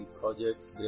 projects